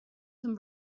some